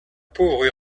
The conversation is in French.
pauvre